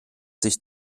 sich